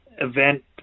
event